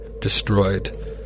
destroyed